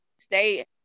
Stay